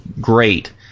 great